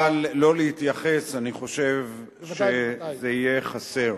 אבל לא להתייחס, אני חושב שזה יהיה חסר.